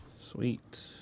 Sweet